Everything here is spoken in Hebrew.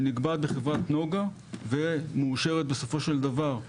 שנקבעת בחברת נגה ומאושרת, בסופו של דבר,